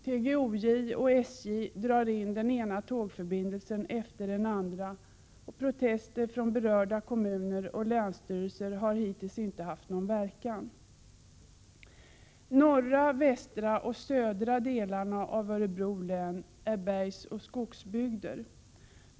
TGOJ och SJ drar in den ena tågförbindelsen efter den andra. Protester från berörda kommuner och länsstyrelser har hittills inte haft någon verkan. Norra, västra och södra delarna av Örebro län är bergsoch skogsbygder.